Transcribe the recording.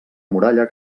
muralla